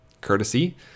Courtesy